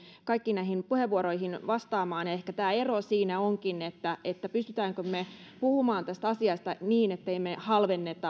kaikkiin näihin puheenvuoroihin vastaamaan ja ehkä tämä ero onkin siinä pystymmekö me puhumaan tästä asiasta niin ettemme halvenna